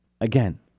Again